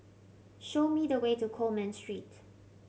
show me the way to Coleman Street